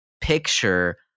picture